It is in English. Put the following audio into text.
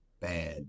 bad